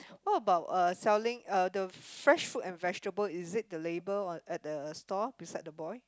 what about uh selling uh the fresh fruit and vegetable is it the label one at the stall beside the boy